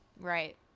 Right